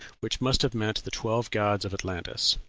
which must have meant the twelve gods of atlantis,